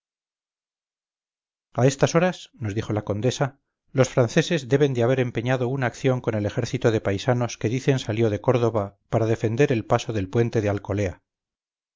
a estas horas nos dijo la condesa los franceses deben de haber empeñado una acción con el ejército de paisanos que dicen salió de córdoba para defender el paso del puente de